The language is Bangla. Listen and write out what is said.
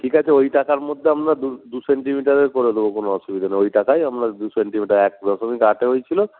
ঠিক আছে ওই টাকার মধ্যে আপনার দু সেন্টিমিটারের করে দেবো কোনো অসুবিধা নেই ওই টাকায়ই আপনার দু সেন্টিমিটার এক রকমই হয়েছিলো